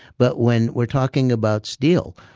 but when we're talking about steel.